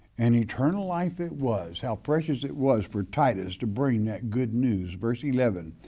and eternal life it was, how precious it was for titus to bring that good news. verse eleven,